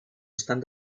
estan